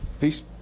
Peace